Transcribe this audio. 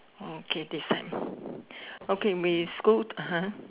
okay this side okay we Scoot ha